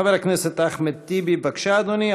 חבר הכנסת אחמד טיבי, בבקשה, אדוני.